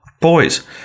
Boys